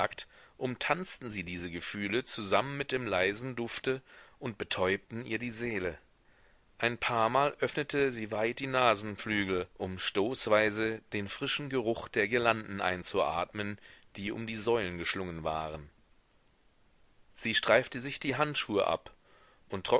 umtanzten sie diese gefühle zusammen mit dem leisen dufte und betäubten ihr die seele ein paarmal öffnete sie weit die nasenflügel um stoßweise den frischen geruch der girlanden einzuatmen die um die säulen geschlungen waren sie streifte sich die handschuhe ab